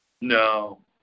No